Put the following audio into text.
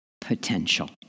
potential